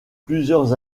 plusieurs